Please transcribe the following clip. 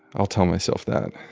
i'll tell myself that.